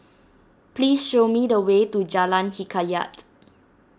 please show me the way to Jalan Hikayat